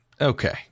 okay